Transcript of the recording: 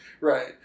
Right